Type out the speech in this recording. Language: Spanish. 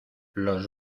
los